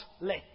let